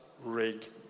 rig